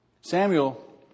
Samuel